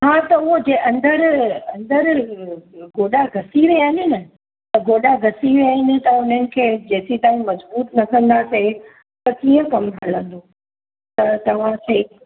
हा त उहो जे अंदरु अंदरु गोॾा घसी विया आहिनि न त गोॾा घसी विया इन त उन्हनि खे जेसी ताईं मज़बूत न कंदासीं त कीअं कमु हलंदो त तव्हांखे ई